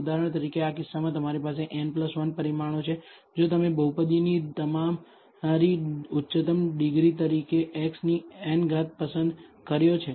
ઉદાહરણ તરીકે આ કિસ્સામાં તમારી પાસે n 1 પરિમાણો છે જો તમે બહુપદીની તમારી ઉચ્ચતમ ડિગ્રી તરીકે x ની n ઘાત પસંદ કર્યો છે